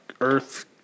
earth